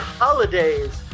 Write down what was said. holidays